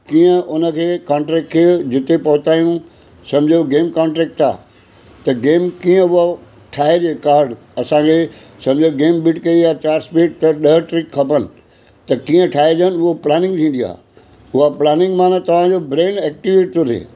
कीअं उनखे कॉन्ट्रेक्ट खे जिते पहुता आहियूं समुझो गेम कॉट्रेक्ट आहे त गेम कीअं उहो ठाहिजे कार्ड असांजे समुझो गेम बीड कई आहे चार स्प्लीट त ॾह ट्रीट खपनि त कीअं ठाहिजनि उहा प्लानींग थींदी आहे उहा प्लानींग माना तव्हांजो ब्रेन एक्टिवेट थो थिए